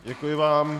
Děkuji vám.